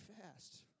fast